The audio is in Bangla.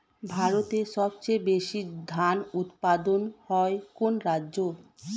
ভারতের সবচেয়ে বেশী ধান উৎপাদন হয় কোন রাজ্যে?